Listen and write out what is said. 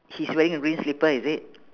he's wearing a green slipper is it